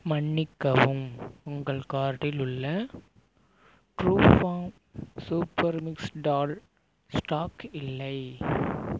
மன்னிக்கவும் உங்கள் கார்ட்டில் உள்ள Truefarm super mix dal stock இல்லை